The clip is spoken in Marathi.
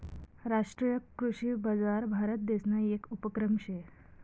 राष्ट्रीय कृषी बजार भारतदेसना येक उपक्रम शे